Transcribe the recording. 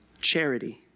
charity